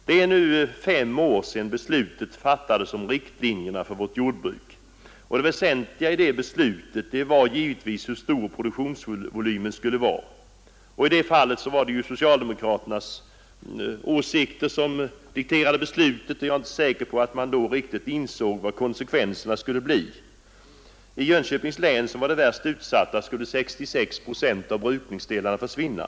Det är nu fem år sedan beslutet fattades om riktlinjerna för vårt jordbruk. Det väsentliga i detta beslut var givetvis hur stor produktionsvolymen skulle vara, I det fallet dikterade socialdemokraterna beslutet, och jag är inte säker på att man då riktigt insåg vad konsekvenserna skulle bli. I Jönköpings län, som var det värst utsatta, skulle 66 procent av brukningsdelarna försvinna.